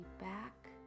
back